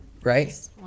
right